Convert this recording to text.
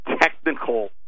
technical